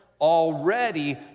already